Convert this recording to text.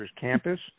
campus